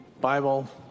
Bible